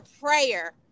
prayer